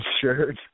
shirt